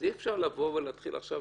אי-אפשר להתחיל עכשיו